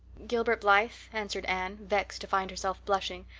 gilbert blythe, answered anne, vexed to find herself blushing.